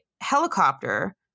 helicopter